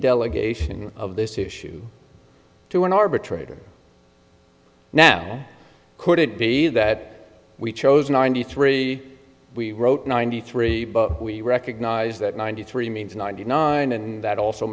delegation of this issue to an arbitrator now could it be that we chose ninety three we wrote ninety three but we recognize that ninety three means ninety nine and that also